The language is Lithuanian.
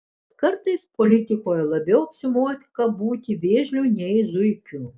kartais politikoje labiau apsimoka būti vėžliu nei zuikiu